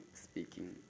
speaking